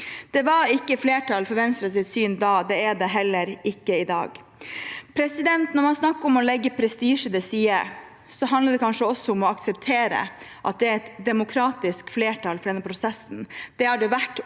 Det var ikke flertall for Venstres syn da. Det er det heller ikke i dag. Når man snakker om å legge prestisje til side, handler det kanskje også om å akseptere at det er et demokratisk flertall for denne prosessen.